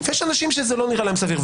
ויש אנשים שזה לא נראה להם סביר.